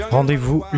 Rendez-vous